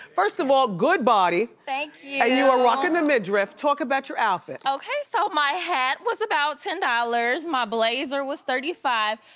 first of all, good body. thank yeah you. and you are rocking the midriff, talk about your outfit. okay, so my hat was about ten dollars, my blazer was thirty five.